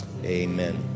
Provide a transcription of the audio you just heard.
Amen